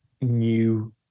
new